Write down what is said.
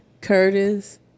Curtis